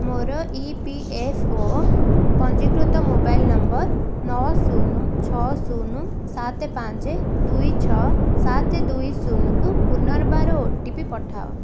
ମୋର E P F ଓ ପଞ୍ଜୀକୃତ ମୋବାଇଲ୍ ନମ୍ବର୍ ନଅ ଶୂନ ଛଅ ଶୂନ ସାତ ପାଞ୍ଚ ଦୁଇ ଛଅ ସାତ ଦୁଇ ଶୂନ କୁ ପୁନର୍ବାର ଓ ଟି ପି ପଠାଅ